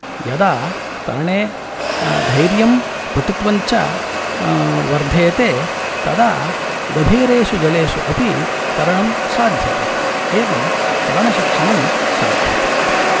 यदा तरणे धैर्यं पटुत्वं च वर्धेते तदा गभीरेषु जलेषु अपि तरणं साध्यते एवं तरणशिक्षणं साध्यते